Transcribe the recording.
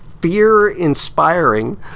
fear-inspiring